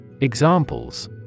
Examples